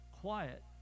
Quiet